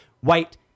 white